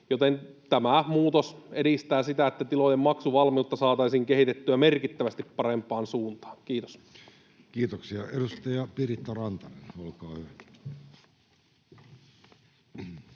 joten tämä muutos edistää sitä, että tilojen maksuvalmiutta saataisiin kehitettyä merkittävästi parempaan suuntaan. — Kiitos. Kiitoksia. — Edustaja Piritta Rantanen, olkaa hyvä.